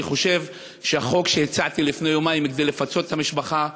אני חושב שהחוק שהצעתי לפני יומיים כדי לפצות את המשפחה,